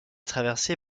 traversée